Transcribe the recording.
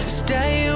stay